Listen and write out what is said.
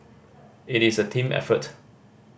it is a team effort